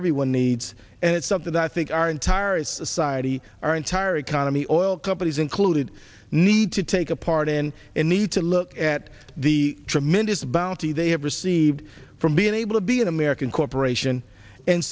everyone needs and it's something that i think our entire society our entire economy oil companies included need to take a part in and need to look at the tremendous bounty they have received from being able to be an american corporation and